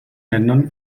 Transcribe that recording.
ländern